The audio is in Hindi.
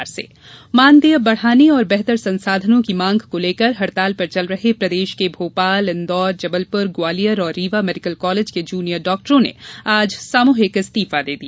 जूडा हड़ताल मानदेय बढ़ाने और बेहतर संसाधनों की मांग को लेकर हड़ताल पर चल रहे प्रदेश के भोपाल इंदौर जबलपुर ग्वालियर और रीवा मेडीकल कॉलेज के जूनियर डाक्टरों ने आज सामूहिक इस्तीफा दे दिया